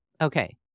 Okay